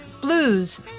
blues